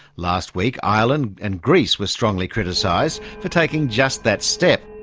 last week, ireland and greece were strongly criticised for taking just that step.